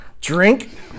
Drink